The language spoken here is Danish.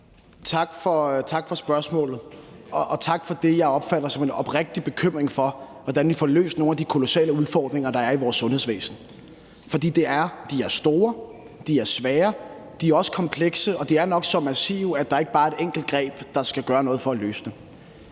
Tak for spørgsmålet, og tak for det, som jeg opfatter som en oprigtig bekymring for, hvordan vi får løst nogle af de kolossale udfordringer, der er i vores sundhedsvæsen. For de er store, de er svære, og de er også komplekse. Og de er nok så massive, at det ikke bare er et enkelt greb, der skal til for at løse dem.